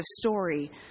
story